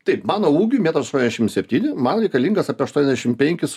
taip mano ūgiui metras aštuoniasdešimt septyni man reikalingas apie aštuoniasdešimt penkis